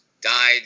died